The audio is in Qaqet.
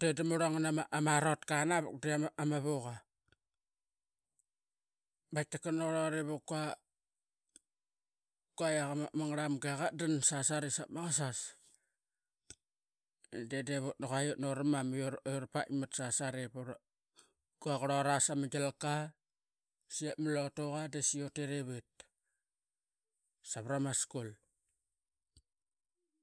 i ngana ama kanavuk di ama vuqu. Baqaitik raqurla bep mangarl manga qatdan sasari savat ma qasas de divut, di quai uturamam i urapaitmat sasari ip qurlaut sama gialka. Sep ma lotuqa da saii utit ivit savak savarama school.